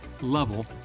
level